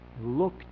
look